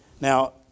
Now